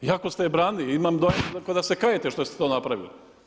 Iako ste ju branili, imam dojam ko da se kajete što ste to napravili.